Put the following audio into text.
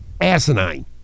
asinine